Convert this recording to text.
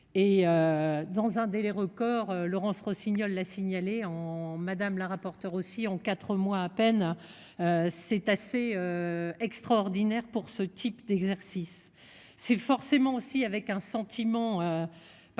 et. Dans un délai record Laurence Rossignol la signalé en madame la rapporteure aussi en 4 mois à peine. C'est assez. Extraordinaire pour ce type d'exercice c'est forcément aussi avec un sentiment. Particulier une